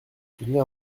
soutenir